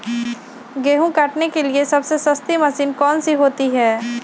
गेंहू काटने के लिए सबसे सस्ती मशीन कौन सी होती है?